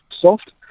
soft